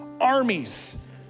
armies